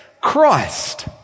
Christ